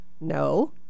No